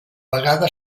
vegada